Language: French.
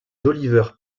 d’olivier